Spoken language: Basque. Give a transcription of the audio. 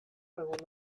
egun